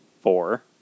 Four